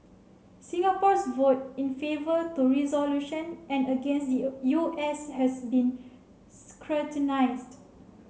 Singapore's vote in favour to resolution and against the U S has been scrutinised